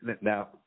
Now